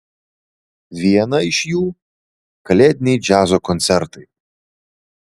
vieną iš jų kalėdiniai džiazo koncertai